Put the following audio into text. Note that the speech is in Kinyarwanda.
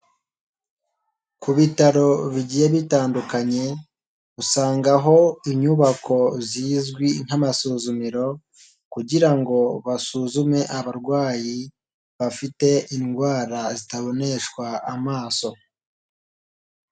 Ku bitaro bigiye bitandukanye, usanga aho inyubako zizwi nk'amasuzumiro kugira ngo basuzume abarwayi bafite indwara zitaboneshwa amaso.